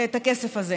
את הכסף הזה.